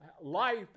life